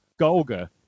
Golga